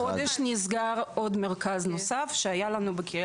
החודש נסגר עוד מרכז נוסף שהיה לנו בקריית אונו.